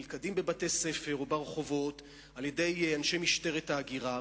נלכדים בבתי-ספר או ברחובות על-ידי אנשי משטרת ההגירה,